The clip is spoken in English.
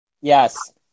Yes